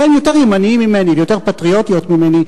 שהן יותר ימניות ממני ויותר פטריוטיות ממני,